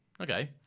okay